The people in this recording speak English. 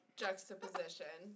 juxtaposition